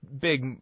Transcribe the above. big